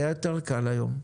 היה יותר קל היום.